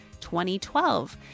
2012